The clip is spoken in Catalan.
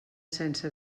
sense